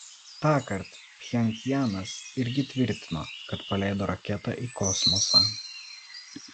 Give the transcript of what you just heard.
tąkart pchenjanas irgi tvirtino kad paleido raketą į kosmosą